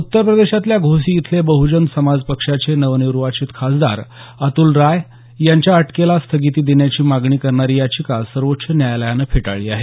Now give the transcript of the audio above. उत्तरप्रदेशातल्या घोसी इथले बहुजन समाज पक्षाचे नवनिर्वाचित खासदार अतुल राय यांच्या अटकेला स्थगिती देण्याची मागणी करणारी याचिका सर्वोच्व न्यायालयानं फेटाळली आहे